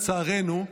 לצערנו,